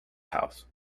house